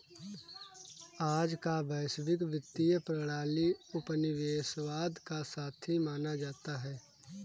आज का वैश्विक वित्तीय प्रणाली उपनिवेशवाद का साथी माना जाता है